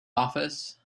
office